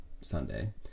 Sunday